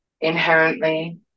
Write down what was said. inherently